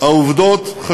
העובדות בעניין הזה קשות.